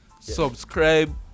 Subscribe